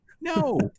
no